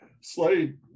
Slade